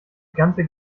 ganze